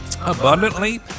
abundantly